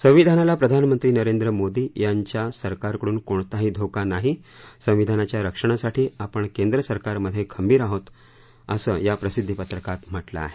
संविधानाला प्रधानमंत्री नरेंद्र मोदी यांच्या सरकार कडून कोणताही धोका नाही संविधानाच्या रक्षणासाठी आपण केंद्रसरकारमध्ये खंबीर आहोत या प्रसिद्धीपत्रकात म्हटलं आहे